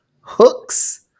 hooks